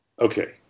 okay